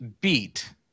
beat